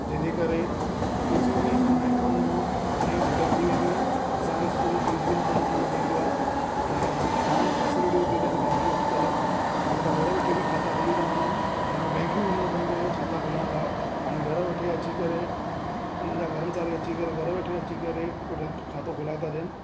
जंहिंजे करे फीसियूं बि उन अकाउंट मों पाण ई डिडक्ट थी वेंदियूं आहिनि असांखे स्कूल फीस बि न भरणु वञणो पवंदो आहे ऐं जाम फैसेलिटियूं थियूं ॾेअनि बैंकियूं अॼुकल्ह हाणे त घरु वेठे बि खाता खुली था वञनि पहिरियों बैंक में वञिणो पवंदो हुओ खाता खुलाइण लाइ हाणे घर वेठे अची करे उन्हनि जा कर्मचारी अची करे घरु वेठे अची करे खातो खोलाए ता ॾेअनि